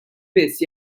biss